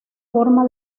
forma